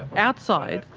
outside,